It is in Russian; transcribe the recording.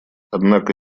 однако